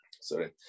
sorry